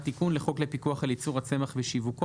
תיקון לחוק לפיקוח על ייצור הצמח ושיווקו.